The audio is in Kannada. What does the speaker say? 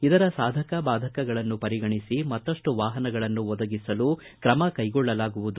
ಇದರ ಸಾಧಕ ಬಾಧಕಗಳನ್ನು ಪರಿಗಣಿಸಿ ಮತ್ತಷ್ಟು ವಾಹನಗಳನ್ನು ಒದಗಿಸಲು ಕ್ರಮ ಕೈಗೊಳ್ಳಲಾಗುವುದು